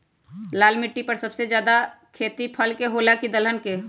लाल मिट्टी पर सबसे ज्यादा खेती फल के होला की दलहन के?